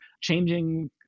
changing